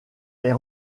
est